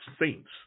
Saints